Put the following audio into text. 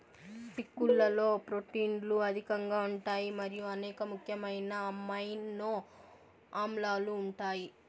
చిక్కుళ్లలో ప్రోటీన్లు అధికంగా ఉంటాయి మరియు అనేక ముఖ్యమైన అమైనో ఆమ్లాలు ఉంటాయి